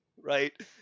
right